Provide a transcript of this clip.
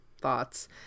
thoughts